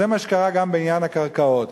זה מה שקרה גם בעניין הקרקעות.